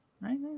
right